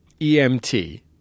EMT